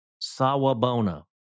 Sawabona